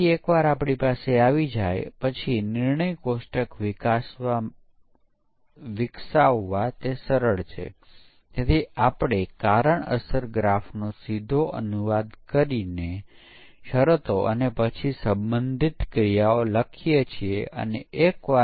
તેથી હાર્ડવેર પરીક્ષણ એ સામાન્ય રીતે ફોલ્ટ આધારિત પરીક્ષણ હોય છે જ્યાં આપણે તપાસીએ છીએ કે અમુક પ્રકારની સમસ્યાઓ છે કે કેમ